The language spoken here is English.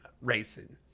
Racing